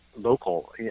local